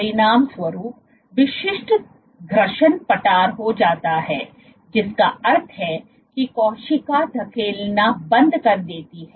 परिणामस्वरूप विशिष्ट घर्षण पठार हो जाता है जिसका अर्थ है कि कोशिका धकेलना बंद कर देती है